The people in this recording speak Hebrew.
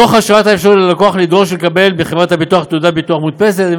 תוך השארת האפשרות ללקוח לדרוש ולקבל מחברת הביטוח תעודת ביטוח מודפסת.